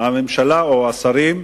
הממשלה או השרים,